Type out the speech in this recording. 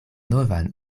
novan